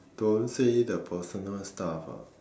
don't say the personal stuff ah